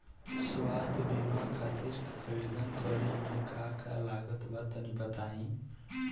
स्वास्थ्य बीमा खातिर आवेदन करे मे का का लागत बा तनि बताई?